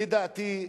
לדעתי,